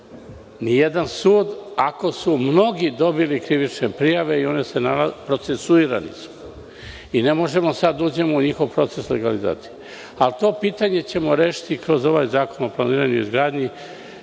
ni jedan sud ako su mnogi dobili krivične prijave i procesuirani su. Mi ne možemo sada da uđemo u njihov proces legalizacije. To pitanje ćemo rešiti kroz ovaj Zakon o planiranju i izgradnji